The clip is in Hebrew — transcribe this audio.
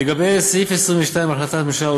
לגבי סעיף 22 בהחלטת הממשלה,